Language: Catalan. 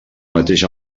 mateix